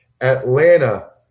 Atlanta